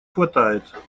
хватает